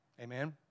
Amen